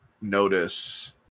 notice